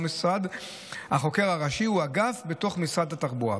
ומשרד החוקר הראשי הוא אגף בתוך משרד התחבורה.